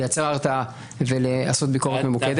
לייצר הרתעה ולעשות ביקורת ממוקדת.